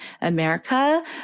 America